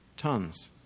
tons